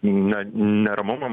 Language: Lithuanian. na neramumams